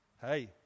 hey